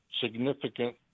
significant